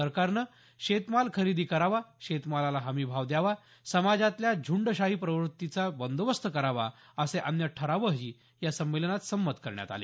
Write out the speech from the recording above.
सरकारनं शेतमाल खरेदी करावा शेतमालाला हमी भाव द्यावा समाजातल्या झुंडशाही प्रवृत्तींचा बंदोबस्त करावा असे अन्य ठरावही या संमेलनात संमत करण्यात आले